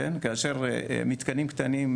כאשר מתקנים קטנים,